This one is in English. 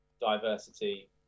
diversity